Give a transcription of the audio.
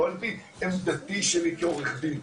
לא על פי עמדתי שלי כעורך דין.